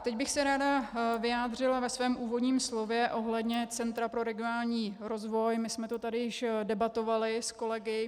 Teď bych se ráda vyjádřila ve svém úvodním slově ohledně Centra pro regionální rozvoj my jsme to tady již debatovali s kolegy.